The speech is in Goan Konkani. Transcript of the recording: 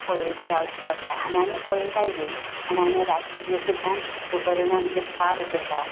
पळयत रावचें पडटा आनी आमी पळयताय बी आनी आमी रातची सुद्दा दुकर येवन आमचे पाड करता